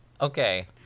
Okay